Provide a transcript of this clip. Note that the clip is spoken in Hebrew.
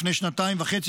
לפני שנתיים וחצי,